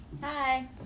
Hi